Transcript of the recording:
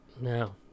No